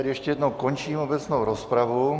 Ještě jednou končím obecnou rozpravu.